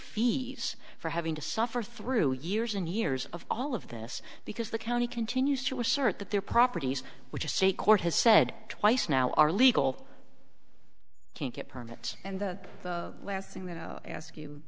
fees for having to suffer through years and years of all of this because the county continues to assert that their properties which is a court has said twice now are legal can't get permits and the last thing that i ask you